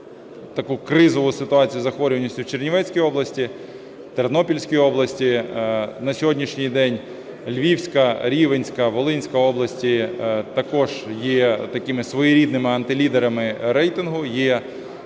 таку кризову ситуацію захворюваності у Чернівецькій області, Тернопільській області. На сьогоднішній день Львівська, Рівненська, Волинська області також є такими своєрідними антилідерами рейтингу.